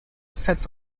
sets